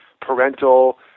parental